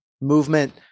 movement